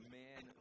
man